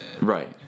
Right